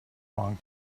monk